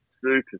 super